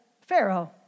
Pharaoh